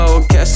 Catch